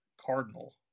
Cardinal